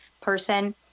person